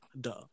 duh